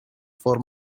for